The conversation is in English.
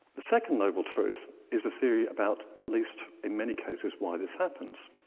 the second noble truth is a theory about at least in many cases, why this happens.